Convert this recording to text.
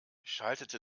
schaltete